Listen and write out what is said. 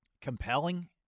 compelling